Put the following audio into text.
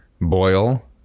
boil